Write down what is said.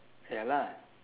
ya lah